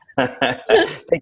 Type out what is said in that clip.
Thank